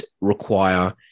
require